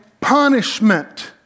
punishment